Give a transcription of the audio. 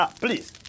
please